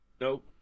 Nope